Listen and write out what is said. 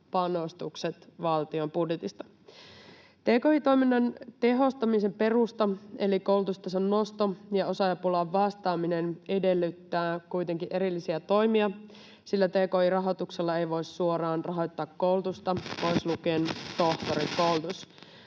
panostukset valtion budjetista. Tki-toiminnan tehostamisen perusta eli koulutustason nosto ja osaajapulaan vastaaminen edellyttävät kuitenkin erillisiä toimia, sillä tki-rahoituksella ei voi suoraan rahoittaa koulutusta pois lukien tohtorikoulutus.